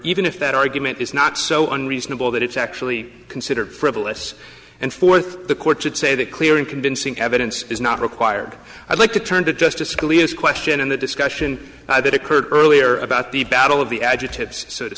even if that argument is not so unreasonable that it's actually considered frivolous and fourth the courts would say that clear and convincing evidence is not required i'd like to turn to justice scalia's question in the discussion that occurred earlier about the battle of the adjectives so to